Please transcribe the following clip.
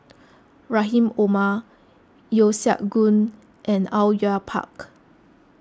Rahim Omar Yeo Siak Goon and Au Yue Pak